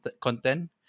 content